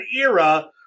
era